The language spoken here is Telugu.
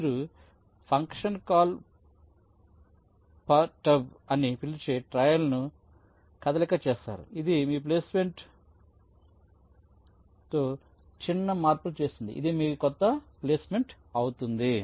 మీరు ఫంక్షన్ కాల్ పెర్టర్బ్ అని పిలిచే ట్రయల్ ను కదలిక చేస్తారు ఇది మీ ప్లేస్మెంట్ P లో చిన్న మార్పులు చేస్తుంది అది మీ కొత్త ప్లేస్మెంట్ అవుతుంది